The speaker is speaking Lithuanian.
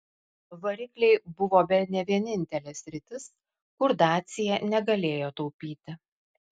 varikliai buvo bene vienintelė sritis kur dacia negalėjo taupyti